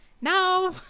no